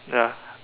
yeah